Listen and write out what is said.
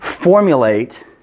formulate